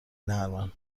نرمن